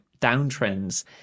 downtrends